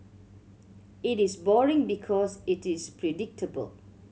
it is boring because it is predictable